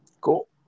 Cool